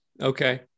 Okay